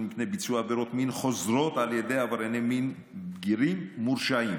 מפני ביצוע עבירות מין חוזרות על ידי עברייני מין בגירים מורשעים.